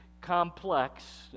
complex